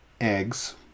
eggs